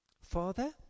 Father